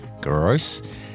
gross